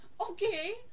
Okay